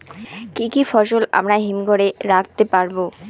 কি কি ফসল আমরা হিমঘর এ রাখতে পারব?